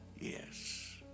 Yes